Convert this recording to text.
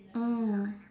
mm